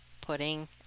pudding